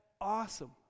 awesome